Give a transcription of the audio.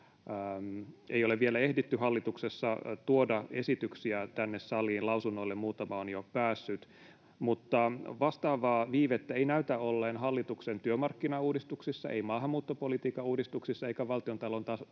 ei ole vielä ehditty hallituksessa tuoda esityksiä tänne saliin. Lausunnoille muutama on jo päässyt. Mutta vastaavaa viivettä ei näytä olleen hallituksen työmarkkinauudistuksessa, ei maahanmuuttopolitiikan uudistuksessa eikä valtiontalouden